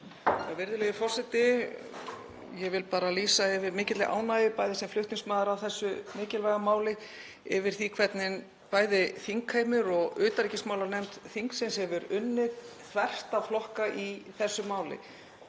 Virðulegi forseti. Ég vil bara lýsa yfir mikilli ánægju sem flutningsmaður að þessu mikilvæga máli með það hvernig bæði þingheimur og utanríkismálanefnd þingsins hefur unnið þvert á flokka í þessu máli.